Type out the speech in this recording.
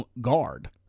guard